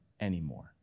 anymore